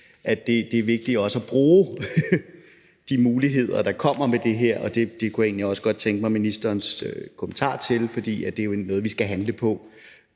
er det vigtigt også at bruge de muligheder, der kommer med det her, og det kunne jeg egentlig også godt tænke mig ministerens kommentar til. For det er jo noget, vi skal handle på.